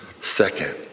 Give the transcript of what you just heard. Second